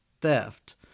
theft